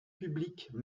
publique